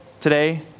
today